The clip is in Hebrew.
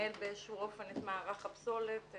ולנהל באיזשהו אופן את מערך הפסולת.